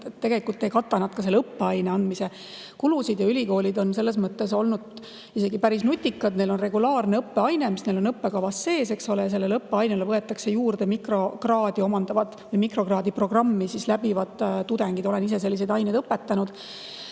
Tegelikult ei kata see ka selle õppeaine andmise kulusid. Ülikoolid on selles mõttes olnud isegi päris nutikad. Neil on regulaarne õppeaine, mis on neil õppekavas sees, ja sinna õppeainesse võetakse juurde mikrokraadi omandavad või mikrokraadiprogrammi läbivad tudengid. Olen ise selliseid aineid õpetanud.